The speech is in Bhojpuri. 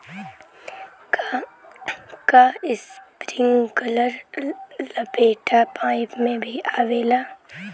का इस्प्रिंकलर लपेटा पाइप में भी आवेला?